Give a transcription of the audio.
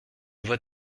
vois